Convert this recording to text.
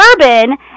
Urban